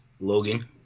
Logan